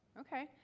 Okay